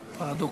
פרדוקס.